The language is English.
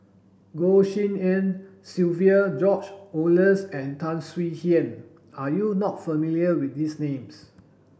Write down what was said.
Goh Tshin En Sylvia George Oehlers and Tan Swie Hian are you not familiar with these names